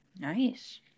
nice